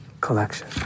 collection